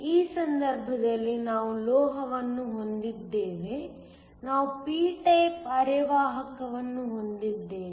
ಈ ಸಂದರ್ಭದಲ್ಲಿ ನಾವು ಲೋಹವನ್ನು ಹೊಂದಿದ್ದೇವೆ ನಾವು p ಟೈಪ್ ಅರೆವಾಹಕವನ್ನು ಹೊಂದಿದ್ದೇವೆ